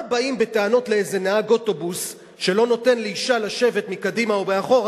מה באים בטענות לאיזה נהג אוטובוס שלא נותן לאשה לשבת מקדימה או מאחור,